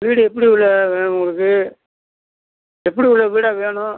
வீடு எப்படி உள்ள வேணும் உங்களுக்கு எப்படி உள்ள வீடாக வேணும்